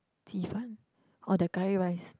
ji-fan or the curry rice